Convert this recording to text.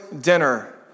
dinner